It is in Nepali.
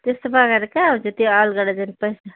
त्यस्तो पाराले कहाँ हुन्छ त्यो अलगडा जाने पैसा